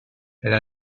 elle